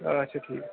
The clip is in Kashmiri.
اَچھا ٹھیٖک